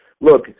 Look